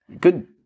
Good